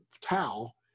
towel